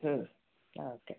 ಹ್ಞೂ ಓಕೆ